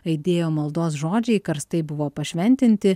aidėjo maldos žodžiai karstai buvo pašventinti